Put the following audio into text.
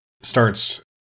starts